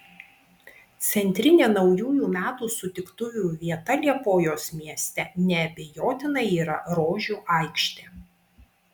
centrinė naujųjų metų sutiktuvių vieta liepojos mieste neabejotinai yra rožių aikštė